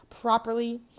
properly